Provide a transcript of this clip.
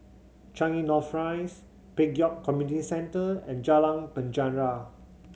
Changi North Rise Pek Kio Community Centre and Jalan Penjara